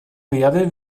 werde